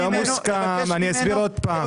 זה לא מוסכם, אני אסביר עוד פעם.